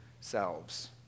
selves